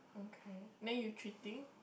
okay then you treating